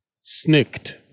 Snicked